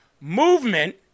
movement